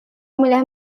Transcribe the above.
mulher